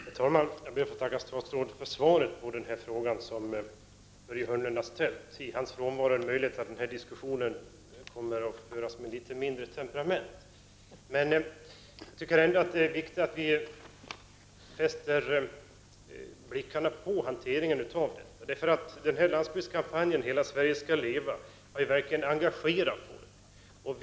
Herr talman! Jag ber att få tacka statsrådet för svaret på Börje Hörnlunds fråga. I Börje Hörnlunds frånvaro är det möjligt att diskussionen kommer att föras med litet mindre temperament. Jag tycker ändå att det är viktigt att vi fäster blickarna på hanteringen. Landsbygdskampanjen ”Hela Sverige ska leva” har verkligen engagerat folk.